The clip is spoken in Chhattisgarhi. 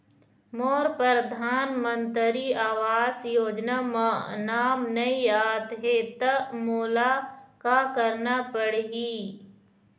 मोर परधानमंतरी आवास योजना म नाम नई आत हे त मोला का करना पड़ही?